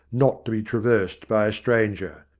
not to be traversed by a stranger.